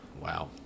Wow